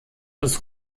des